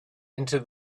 into